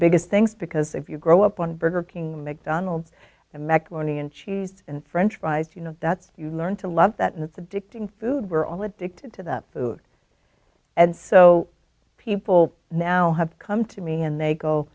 biggest things because if you grow up on burger king mcdonald's and macaroni and cheese and french fries you know that's you learn to love that and it's addicting food we're all addicted to that and so people now have come to me and they go